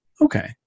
okay